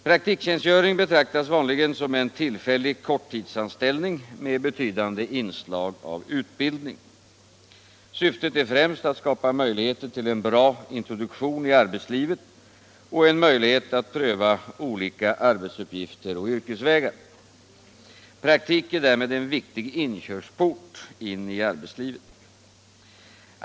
Praktiktjänstgöring betraktas vanligen som en tillfällig korttidsanställ Nr 85 ning med betydande inslag av utbildning. Syftet är främst att skapa möj Torsdagen den ligheter till en bra introduktion i arbetslivet och en möjlighet att pröva 18 mars 1976 olika arbetsuppgifter och yrkesvägar. Praktik är därmed en viktig inkörsport in i arbetslivet.